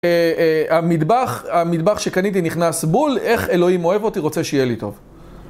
המטבח, המטבח שקניתי נכנס בול, איך אלוהים אוהב אותי, רוצה שיהיה לי טוב.